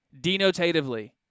denotatively